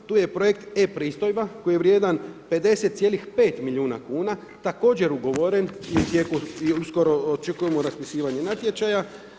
Tu je projekt E-pristojba koji je vrijedan 50,5 miliona kuna također ugovoren i u tijeku je uskoro očekujemo raspisivanje natječaja.